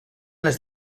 les